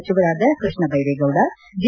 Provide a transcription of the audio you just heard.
ಸಚಿವರಾದ ಕೃಷ್ಣ ಬೈರೇಗೌಡ ಜಿ